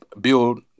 build